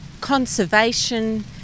conservation